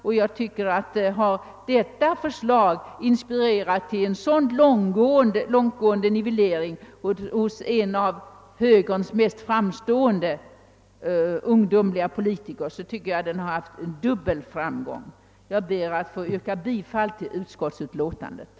Om detta förslag har inspirerat till en så långt gående nivellering hos en av högerns mest framstående ungdomliga politiker, tycker jag att det har haft dubbel framgång. Jag ber att få yrka bifall till utskottets hemställan.